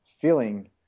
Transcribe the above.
feeling